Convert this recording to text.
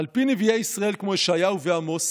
על פי נביאי ישראל כמו ישעיהו ועמוס